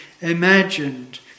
imagined